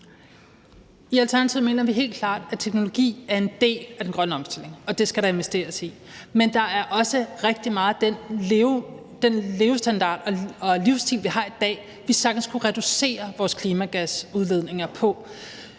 I Alternativet mener vi helt klart, at teknologi er en del af den grønne omstilling, og det skal der investeres i. Men der er også rigtig meget af den levestandard og livsstil, vi har i dag, vi sagtens kunne reducere vores klimagasudledninger fra.